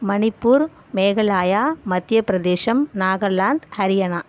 மணிப்பூர் மேகலாயா மத்தியபிரதேசம் நாகலாந்து ஹரியானா